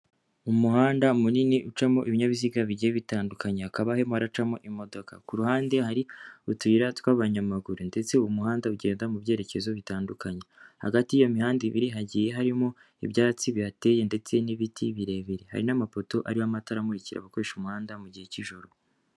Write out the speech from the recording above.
Umuhanda munini ucamo ibinyabiziga bigiye bitandukanya hakaba harimo haracamo imodoka kuruhande hari utuyira tw'abanyamaguru ndetse umuhanda ugenda mu byerekezo bitandukanye hagati y'i mihanda ibiri hagiye harimo ibyatsi bihateye ndetse n'ibiti birebire hari n'amapoto arimo amatara amurikira abakoresha umuhanda mu gihe cy'ijoro.